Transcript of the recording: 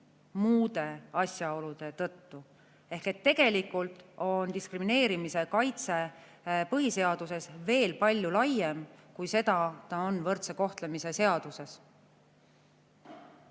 muud asjaolud. Ehk tegelikult on diskrimineerimise kaitse põhiseaduses veel palju laiem, kui see on võrdse kohtlemise seaduses.